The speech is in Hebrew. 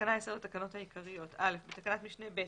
בתקנה 10 לתקנות העיקריות בתקנת משנה (ב),